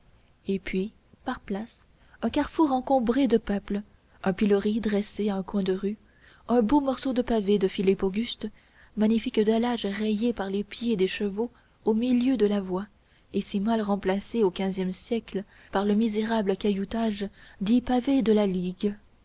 et puis par places un carrefour encombré de peuple un pilori dressé à un coin de rue un beau morceau de pavé de philippe auguste magnifique dallage rayé pour les pieds des chevaux au milieu de la voie et si mal remplacé au seizième siècle par le misérable cailloutage dit pavé de la ligue